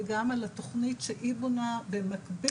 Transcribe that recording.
וגם על התוכנית שהיא בונה במקביל.